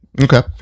Okay